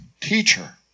Teacher